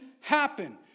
happen